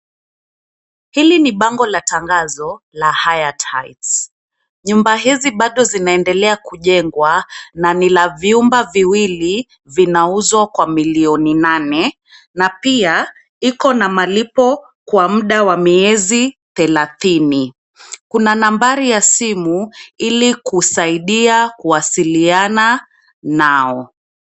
Hili ni bango la tangazo la Hayat Heights. Nyumba hizi bado zinaendelea kujengwa na ni la vyumba viwili vinauzwa kwa milioni nane na pia iko na malipo kwa muda wa miezi thelathini. Kuna nambari ya simu ili kusaidia kuwasiliaina nao.